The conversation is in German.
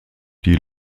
die